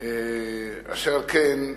אשר על כן,